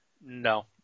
No